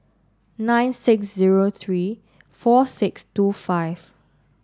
nine six zero three four six two five